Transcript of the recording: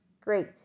great